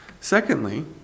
Secondly